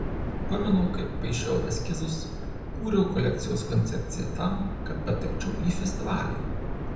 pamenu kaip paišiau eskizus kūriau kolekcijos koncepciją tam kad patekčiau į festivalį